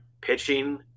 pitching